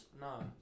No